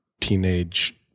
teenage